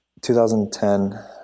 2010